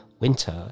winter